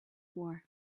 war